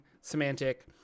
semantic